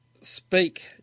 speak